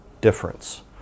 difference